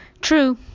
True